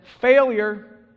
failure